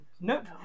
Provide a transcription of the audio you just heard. nope